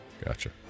Gotcha